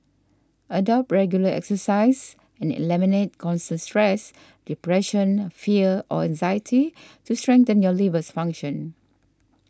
adopt regular exercise and eliminate constant stress depression fear or anxiety to strengthen your liver's function